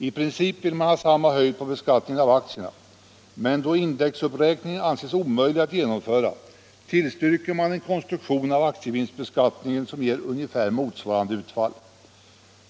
I princip vill man ha samma höjd på beskattningen av aktierna, men då indexuppräkning anses omöjlig att genomföra tillstyrker man en konstruktion av aktievinstbeskattningen som ger ungefär motsvarande utfall.